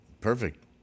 Perfect